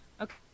Okay